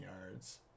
yards